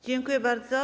Dziękuję bardzo.